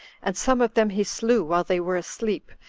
and some of them he slew while they were asleep,